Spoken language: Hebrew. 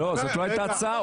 זאת לא הייתה ההצעה.